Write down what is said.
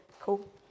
cool